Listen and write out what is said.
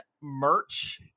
merch